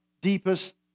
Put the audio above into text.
deepest